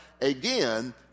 again